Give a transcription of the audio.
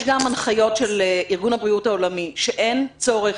יש גם הנחיות של ארגון הבריאות העולמי שאין צורך